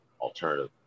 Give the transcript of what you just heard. alternative